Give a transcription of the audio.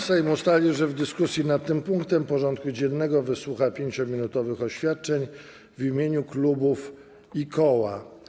Sejm ustalił, że w dyskusji nad tym punktem porządku dziennego wysłucha 5-minutowych oświadczeń w imieniu klubów i koła.